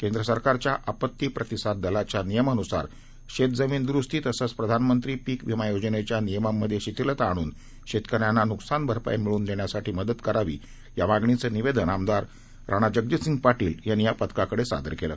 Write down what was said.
केंद्रसरकारच्याआपतीप्रतिसाददलाच्यानियमान्सारशेतजमीनद्रुस्तीतसंचप्रधानमंत्रीपीकवि मायोजनेच्यानियमांमध्येशिथिलताआणूनशेतकऱ्यांनान्कसानभरपाईमिळवूनदेण्यासाठीमदत करावी यामागणीचंनिवेदनआमदारराणाजगजितसिंहपाटीलयांनीयापथकाकडेसादरकेलं